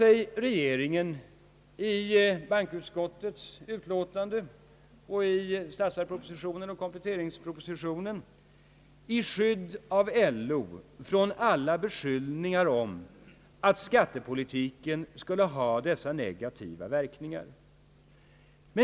I bankoutskottets utlåtande, i statsverkspropositionen och i kompletteringspropositionen försvarar sig nu det socialdemokratiska partiet och regeringen i skydd av LO mot alla beskyllningar om att skattepolitiken skulie ha dessa negativa verkningar.